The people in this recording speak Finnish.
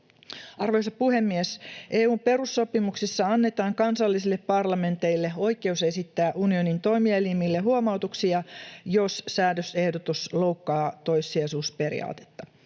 Arvoisa puhemies! EU:n perussopimuksissa annetaan kansallisille parlamenteille oikeus esittää unionin toimielimille huomautuksia, jos säädösehdotus loukkaa toissijaisuusperiaatetta.